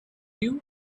you